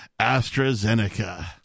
AstraZeneca